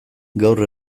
gaur